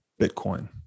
Bitcoin